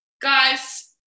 Guys